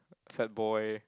fat boy